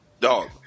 dog